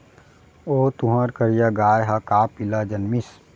ओ तुंहर करिया गाय ह का पिला जनमिस?